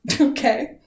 Okay